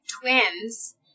twins